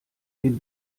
den